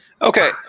Okay